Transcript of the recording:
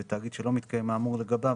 ותאגיד שלא מתקיים האמור לגביו,